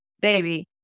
baby